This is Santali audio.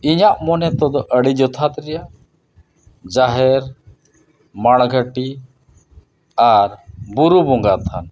ᱤᱧᱟᱹᱜ ᱢᱚᱱᱮ ᱛᱮᱫᱚ ᱟᱹᱰᱤ ᱡᱚᱛᱷᱟᱛ ᱜᱮᱭᱟ ᱡᱟᱦᱮᱨ ᱢᱟᱲᱜᱷᱟᱴᱤ ᱟᱨ ᱵᱩᱨᱩ ᱵᱚᱸᱜᱟ ᱛᱷᱟᱱ